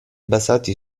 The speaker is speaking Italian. basati